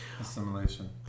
assimilation